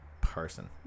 person